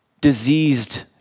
Diseased